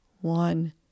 One